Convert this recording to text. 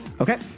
Okay